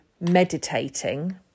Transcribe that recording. meditating